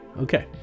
Okay